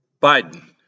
Biden